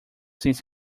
since